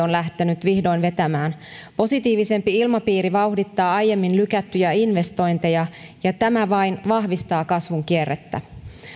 on lähtenyt vihdoin vetämään positiivisempi ilmapiiri vauhdittaa aiemmin lykättyjä investointeja ja tämä vain vahvistaa kasvun kierrettä